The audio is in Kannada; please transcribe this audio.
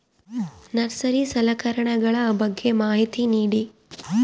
ನರ್ಸರಿ ಸಲಕರಣೆಗಳ ಬಗ್ಗೆ ಮಾಹಿತಿ ನೇಡಿ?